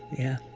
yeah